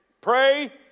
pray